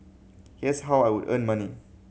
here's how I would earn money